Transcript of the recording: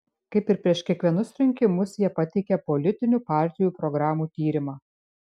kaip ir prieš kiekvienus rinkimus jie pateikia politinių partijų programų tyrimą